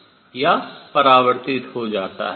या यह परावर्तित हो जाता है